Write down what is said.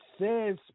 says